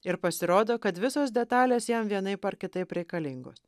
ir pasirodo kad visos detalės jam vienaip ar kitaip reikalingos